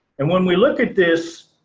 and when we look at this,